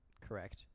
Correct